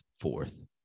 fourth